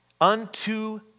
unto